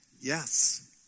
Yes